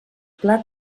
pla